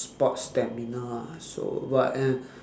sports stamina ah so but and